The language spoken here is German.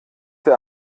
der